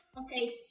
okay